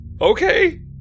Okay